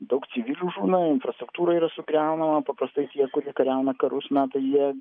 daug civilių žūna infrastruktūra yra sugriaunama paprastai tie kurie kariauna karus mato jie